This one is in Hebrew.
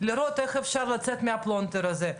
לראות איך אפשר לצאת מהפלונטר הזה,